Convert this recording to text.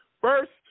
first